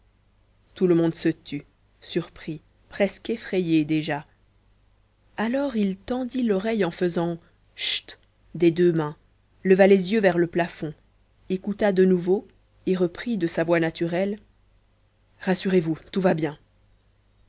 tout le monde se tut surpris presque effrayé déjà alors il tendit l'oreille en faisant chut des deux mains leva les yeux vers le plafond écouta de nouveau et reprit de sa voix naturelle rassurez-vous tout va bien